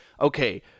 okay